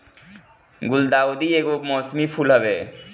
गुलदाउदी एगो मौसमी फूल हवे